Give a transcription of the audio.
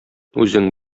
үзең